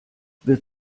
wird